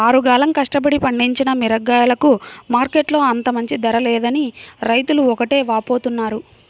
ఆరుగాలం కష్టపడి పండించిన మిరగాయలకు మార్కెట్టులో అంత మంచి ధర లేదని రైతులు ఒకటే వాపోతున్నారు